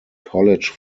college